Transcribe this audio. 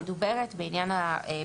זוהי התקנה המדוברת, בעניין הביטוח.